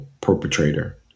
perpetrator